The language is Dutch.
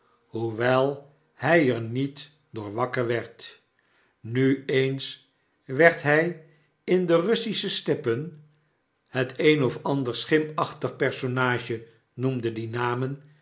wel hy er niet door wakker werd nu eens werd hy in de russische steppen het een of ander schimachtig personage noemde die namen